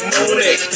Monet